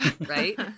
Right